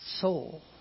soul